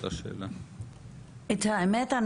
את האמת,